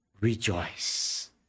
rejoice